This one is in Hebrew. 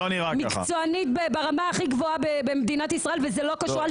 היא מקצוענית ברמה הכי גבוהה במדינת ישראל וזה לא קשור.